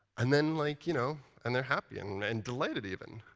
and then like you know and they're happy, and and delighted, even.